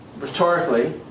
rhetorically